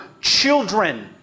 children